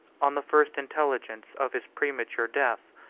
on the first intelligence of his premature death,